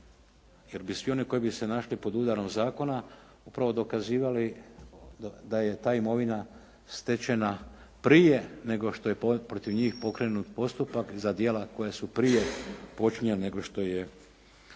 jer bi svi oni koji bi se našli pod udarom zakona upravo dokazivali da je ta imovina stečena prije nego što je protiv njih pokrenut postupak za djela koja su prije počinjena nego što je